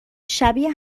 شبیه